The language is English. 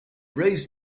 raised